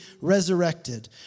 resurrected